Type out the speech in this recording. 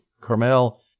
Carmel